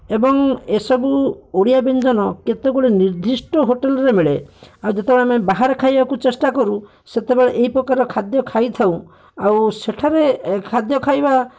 ଏବଂ ଏସବୁ ଓଡ଼ିଆ ବ୍ୟଞ୍ଜନ କେତେଗୁଡ଼ିଏ ନିର୍ଦ୍ଧିଷ୍ଟ ହୋଟେଲରେ ମିଳେ ଆଉ ଜେଟବେଳେ ଆମେ ବାହାରେ କହିବାକୁ ଚେଷ୍ଟା କରୁ ସେତବେଳେ ଏହିପ୍ରକାର ଖାଦ୍ୟ ଖାଇଥାଉ ଆଉ ସେଠାରେ ଖାଦ୍ୟ ଖାଇବା